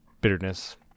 bitterness